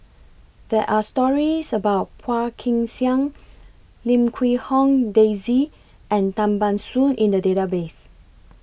There Are stories about Phua Kin Siang Lim Quee Hong Daisy and Tan Ban Soon in The Database